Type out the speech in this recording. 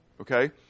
okay